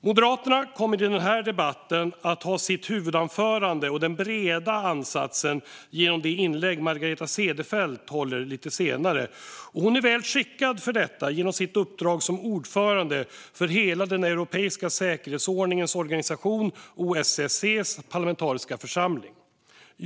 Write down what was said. Moderaterna kommer i den här debatten att ha sitt huvudanförande och den breda ansatsen genom det inlägg Margareta Cederfelt håller lite senare. Hon är väl skickad för detta genom sitt uppdrag som ordförande för hela den europeiska säkerhetsordningens organisation OSSE:s parlamentariska församling.